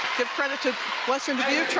credit to western dubuque,